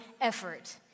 effort